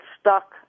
stuck